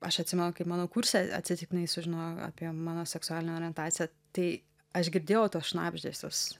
aš atsimenu kaip mano kurse atsitiktinai sužinojo apie mano seksualinę orientaciją tai aš girdėjau tuos šnabždesius